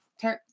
turn